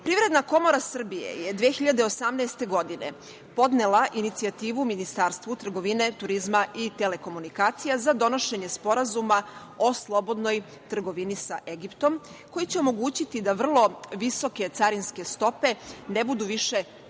zemlje. Privredna komora Srbije je 2018. godine podnela inicijativu Ministarstvu trgovine, turizma i telekomunikacija za donošenje sporazuma o slobodnoj trgovini sa Egiptom koji će omogućiti da vrlo visoke carinske stope ne budu više prepreka